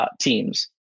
teams